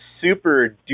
super